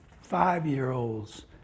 five-year-olds